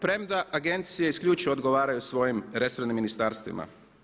Premda agencije isključivo odgovaraju svojim resornim ministarstvima.